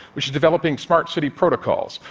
which is developing smart city protocols.